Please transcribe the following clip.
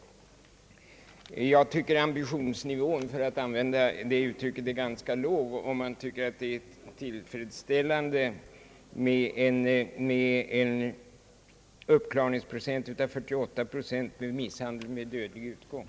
Jag tycker att ambitionsnivån — om också jag får använda det uttrycket — är ganska låg, om man tycker att det är tillfredsställande med en uppklaringsprocent av 48 när det gäller brott som misshandel med dödlig utgång.